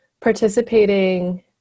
participating